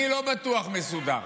אני לא בטוח מסודר.